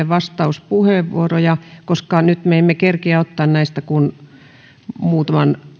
vastauspuheenvuoroja mutta nyt me emme kerkeä ottaa näistä kuin muutaman